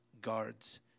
guards